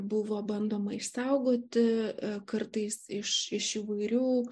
buvo bandoma išsaugoti kartais iš iš įvairių